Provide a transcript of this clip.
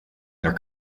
their